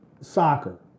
soccer